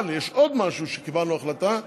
אבל יש עוד משהו שקיבלנו החלטה לגביו,